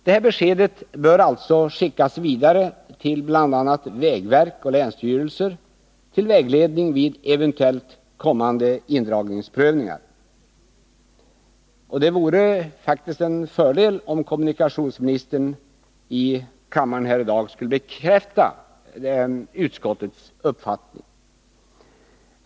Detta besked bör alltså skickas vidare till bl.a. vägverket och länsstyrelser som vägledning vid eventuella kommande indragningsprövningar. Det vore faktiskt en fördel om kommunikationsministern här i kammaren i dag kunde bekräfta utskottets uppfattning.